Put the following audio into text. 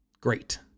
Great